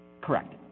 correct